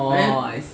oh I see